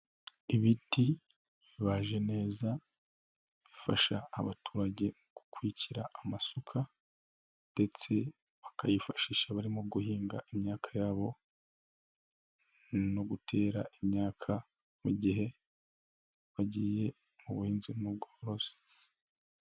Ibiti bibaje neza bifasha abaturage gukwikira amasuka ndetse bakayifashisha barimo guhinga imyaka yabo no gutera imyaka mu gihe bagiye mu buhinzi no mu bworozi.